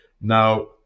Now